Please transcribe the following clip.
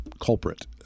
culprit